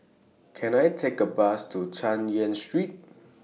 Can I Take A Bus to Chay Yan Street